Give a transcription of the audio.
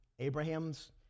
Abraham's